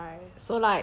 right right